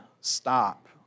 stop